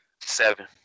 Seven